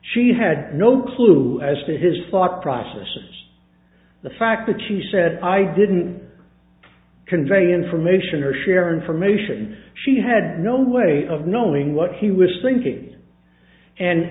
she had no clue as to his thought process the fact that she said i didn't conveying information or share information she had no way of knowing what he was thinking and